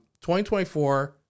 2024